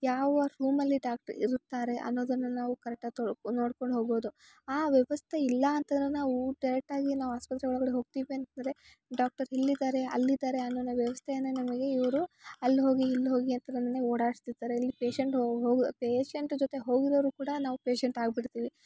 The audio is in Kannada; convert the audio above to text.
ಯಾವ ರೂಮಲ್ಲಿ ಡಾಕ್ಟರ್ ಇರ್ತಾರೆ ಅನ್ನೋದನ್ನ ನಾವು ಕರೆಕ್ಟಾಗಿ ತೊಳ್ಕೊ ನೋಡ್ಕೊಂಡು ಹೋಗ್ಬೋದು ಆ ವ್ಯವಸ್ಥೆ ಇಲ್ಲಾ ಅಂತದ್ರ ನಾವು ಡೈರೆಕ್ಟಾಗಿ ನಾವು ಆಸ್ಪತ್ರೆಯೊಳಗಡೆ ಹೋಗ್ತೀವಿ ಅಂತಂದರೆ ಡಾಕ್ಟರ್ ಇಲ್ಲಿದ್ದಾರೆ ಅಲ್ಲಿದ್ದಾರೆ ಅನ್ನೋ ವ್ಯವಸ್ಥೆನೆ ನಮಗೆ ಇವರು ಅಲ್ಲಿ ಹೋಗಿ ಇಲ್ಲಿ ಹೋಗಿ ಓಡಾಡ್ತಿಸ್ತಾರೆ ಅಲ್ಲಿ ಪೇಷಂಟ್ ಹೋಗೋ ಪೇಷಂಟ್ ಜೊತೆ ಹೊಗ್ದವರು ಕೂಡ ನಾವು ಪೇಷಂಟ್ ಆಗ್ಬಿಡ್ತೀವಿ